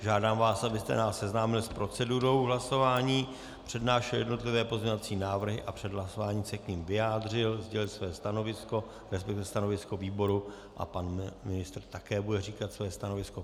Žádám vás, abyste nás seznámil s procedurou hlasování, přednášel jednotlivé pozměňovací návrhy a před hlasováním se k nim vyjádřil, sdělil své stanovisko, resp. stanovisko výboru, a pan ministr také bude říkat své stanovisko.